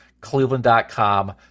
Cleveland.com